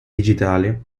digitale